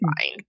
fine